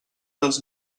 dels